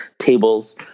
tables